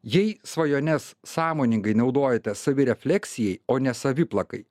jei svajones sąmoningai naudojate savirefleksijai o ne saviplakai